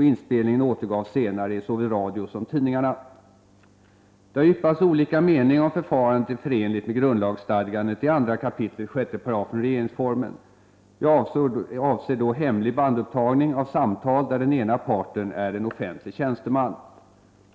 Inspelningen återgavs senare i såväl radio som tidningarna. Det har yppats olika mening om huruvida förfarandet är förenligt med grundlagsstadgandet i 2 kap. 6§ regeringsformen. Jag avser då hemlig bandupptagning av samtal, där den ena parten är en offentlig tjänsteman.